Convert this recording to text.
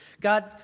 God